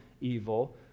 evil